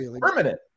permanent